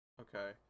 Okay